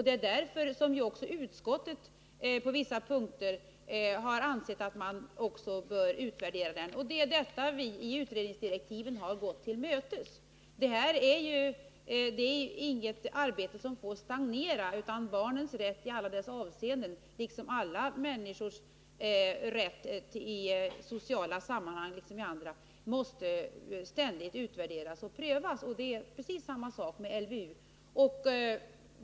Det är därför utskottet på vissa punkter ansett att man bör utvärdera den. Det är detta vi i utredningsdirektiven har gått till mötes. Detta är inget arbete som får stagnera. Barnens rätt i alla avseenden, liksom alla människors rätt i sociala sammanhang, måste ständigt utvärderas och prövas. Precis samma sak gäller för LVU.